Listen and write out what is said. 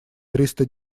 триста